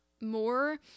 more